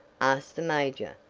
asked the major,